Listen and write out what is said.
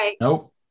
Nope